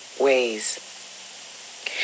ways